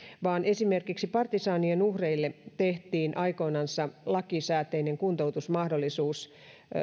vaan esimerkiksi partisaanien uhreille tehtiin aikoinansa lakisääteinen kuntoutusmahdollisuus